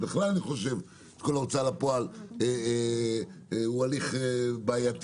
בכלל אני חושב שכל ההוצאה לפועל הוא הליך בעייתי,